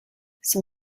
son